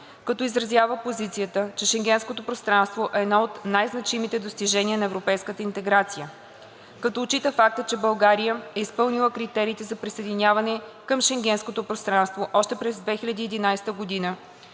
като изразява позицията, че Шенгенското пространство е едно от най-значимите достижения на европейската интеграция; - като отчита факта, че България е изпълнила критериите за присъединяване към Шенгенското пространство още през 2011 г. и